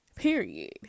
Period